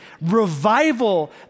revival